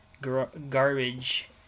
garbage